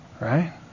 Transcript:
Right